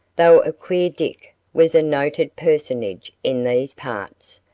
though a queer dick was a noted personage in these parts,